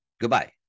goodbye